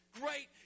Great